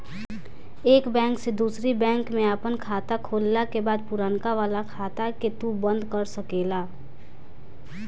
एक बैंक से दूसरी बैंक में आपन खाता खोलला के बाद पुरनका वाला खाता के तू बंद कर सकेला